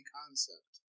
concept